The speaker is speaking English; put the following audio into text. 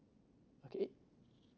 okay eight